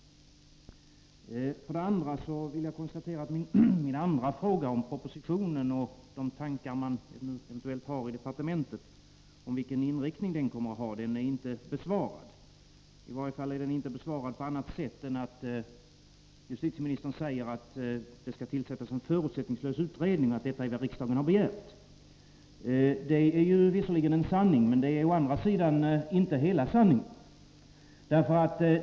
För det andra vill jag konstatera att min andra fråga, om propositionen och de tankar som man eventuellt har inom departementet om vilken inriktning den kommer att ha, inte är besvarad — i varje fall inte på annat sätt än att justitieministern säger att det skall tillsättas en förutsättningslös utredning och att detta är vad riksdagen har begärt. Detta är visserligen en sanning, men det är å andra sidan inte hela sanningen.